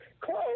Close